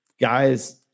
guys